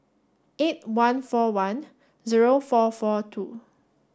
eight one four one zero four four two